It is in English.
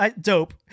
dope